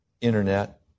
internet